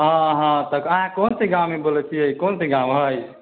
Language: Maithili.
हँ हँ तऽ अहाँ कोन से गाँवसँ बोलै छियै कोनसा गाँव हय